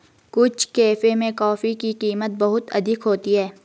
कुछ कैफे में कॉफी की कीमत बहुत अधिक होती है